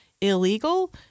Illegal